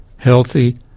healthy